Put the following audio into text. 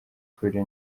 kure